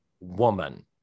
woman